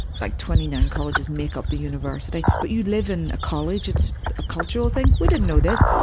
like twenty nine colleges make up the university, but you live in a college, it's a cultural thing. we didn't know this.